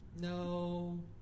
No